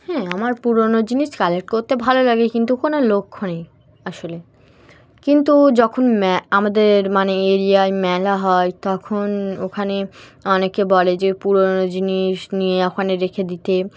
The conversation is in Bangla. হ্যাঁ আমার পুরোনো জিনিস কালেক্ট করতে ভালো লাগে কিন্তু কোনো লক্ষ্য নেই আসলে কিন্তু যখন ম্যা আমাদের মানে এরিয়ায় মেলা হয় তখন ওখানে অনেকে বলে যে পুরোনো জিনিস নিয়ে ওখানে রেখে দিতে